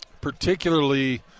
particularly